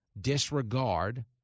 disregard